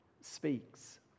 speaks